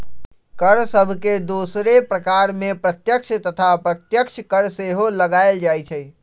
कर सभके दोसरो प्रकार में प्रत्यक्ष तथा अप्रत्यक्ष कर सेहो लगाएल जाइ छइ